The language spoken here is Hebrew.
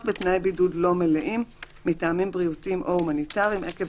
בתנאי בידוד לא מלאים מטעמים בריאותיים או הומניטריים עקב